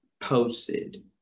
posted